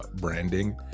branding